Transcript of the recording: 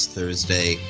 Thursday